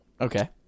Okay